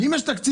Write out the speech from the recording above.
אם יש תקציב,